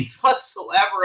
whatsoever